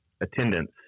attendance